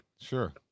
sure